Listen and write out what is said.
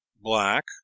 black